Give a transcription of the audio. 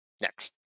next